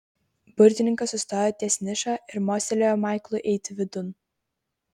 burtininkas sustojo ties niša ir mostelėjo maiklui eiti vidun